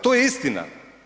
To je istina.